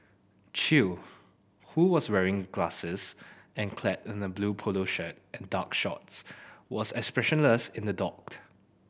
Chew who was wearing glasses and clad in a blue polo shirt and dark shorts was expressionless in the dock